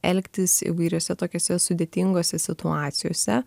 elgtis įvairiose tokiose sudėtingose situacijose